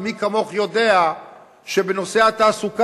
ומי כמוך יודע שבנושא התעסוקה,